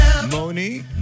Moni